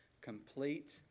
complete